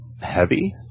heavy